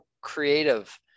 creative